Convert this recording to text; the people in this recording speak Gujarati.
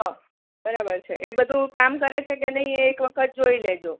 હં બરાબર છે એ બધું કામ કરે છે કે નહીં એ બધું એક વખત જોઈ લેજો